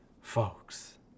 folks